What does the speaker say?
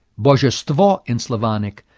bozhestvo in slavonic,